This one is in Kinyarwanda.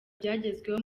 byagezweho